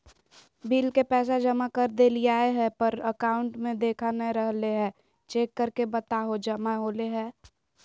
Bill के पैसा जमा कर देलियाय है पर अकाउंट में देखा नय रहले है, चेक करके बताहो जमा होले है?